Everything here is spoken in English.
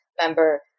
member